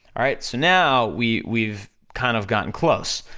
alright? so now, we, we've kind of gotten close,